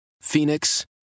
Phoenix